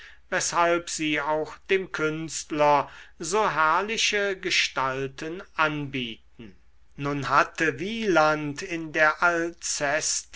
weshalb sie auch dem künstler so herrliche gestalten anbieten nun hatte wieland in der alceste